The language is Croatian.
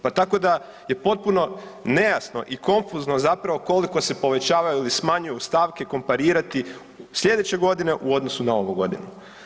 Pa tako da je potpuno nejasno i konfuzno koliko se povećavaju ili smanjuju stavke komparirati sljedeće godine u odnosu na ovu godinu.